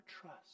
trust